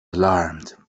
alarmed